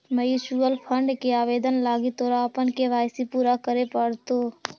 mutual fund के आवेदन लागी तोरा अपन के.वाई.सी पूरा करे पड़तो